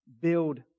build